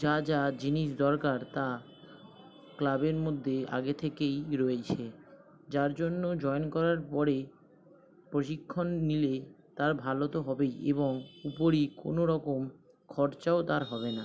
যা যা জিনিস দরকার তা ক্লাবের মধ্যে আগে থেকেই রয়েছে যার জন্য জয়েন করার পরেই প্রশিক্ষণ নিলে তার ভালো তো হবেই এবং উপরি কোনোরকম খরচাও তার হবে না